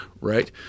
right